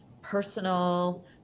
personal